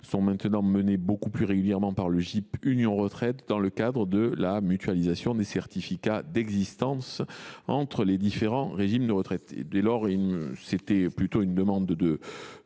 sont désormais menées beaucoup plus régulièrement par le GIP Union Retraite dans le cadre de la mutualisation des certificats d’existence entre les différents régimes de retraite. Dès lors, nous demandons